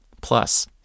Plus